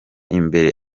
imbere